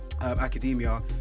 academia